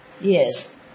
Yes